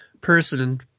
person